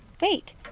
wait